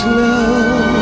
love